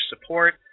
support